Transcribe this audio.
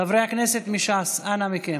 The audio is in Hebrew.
חברי הכנסת מש"ס, אנא מכם.